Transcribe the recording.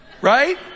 right